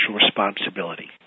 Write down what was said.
responsibility